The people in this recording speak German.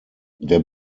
der